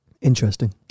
Interesting